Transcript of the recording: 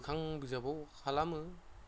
मोखां बिजाबाव खालामो